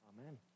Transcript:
Amen